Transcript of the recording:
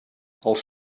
els